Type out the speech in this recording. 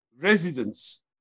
residents